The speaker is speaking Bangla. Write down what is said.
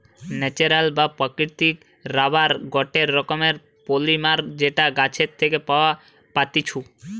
ন্যাচারাল বা প্রাকৃতিক রাবার গটে রকমের পলিমার যেটা গাছের থেকে পাওয়া পাত্তিছু